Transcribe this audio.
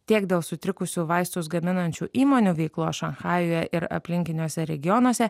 tiek dėl sutrikusių vaistus gaminančių įmonių veiklos šanchajuje ir aplinkiniuose regionuose